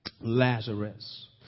Lazarus